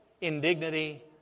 indignity